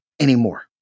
anymore